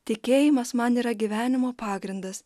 tikėjimas man yra gyvenimo pagrindas